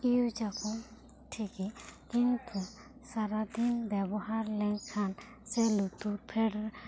use ᱟᱵᱚᱱ ᱴᱷᱤᱠ ᱜᱮ ᱠᱤᱱᱛᱩ ᱥᱟᱨᱟ ᱫᱤᱱ ᱵᱮᱵᱚᱦᱟᱨ ᱞᱮᱱ ᱠᱷᱟᱱ ᱥᱮ ᱞᱩᱛᱩᱨ ᱯᱷᱮᱲ ᱨᱮ